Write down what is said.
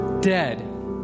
dead